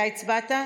אתה הצבעת?